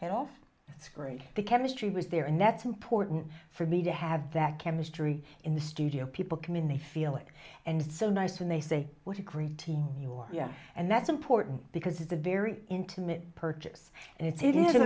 and off screen the chemistry was there and that's important for me to have that chemistry in the studio people come in they feel it and so nice and they say what a great team you are and that's important because it's a very intimate purchase